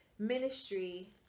ministry